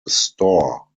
store